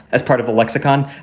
that's part of the lexicon.